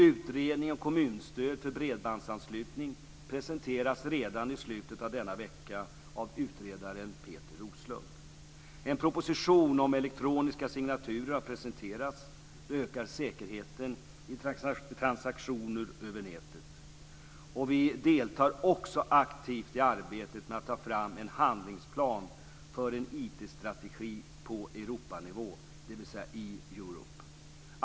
Utredning och kommunstöd för bredbandsanslutning presenteras redan i slutet av denna vecka av utredaren Peter Roslund. En proposition om elektroniska signaturer har presenterats. Det ökar säkerheten i transaktioner över nätet. Vi deltar också aktivt i arbetet med att ta fram en handlingsplan för en IT-strategi på Europanivå, dvs. e-Europe.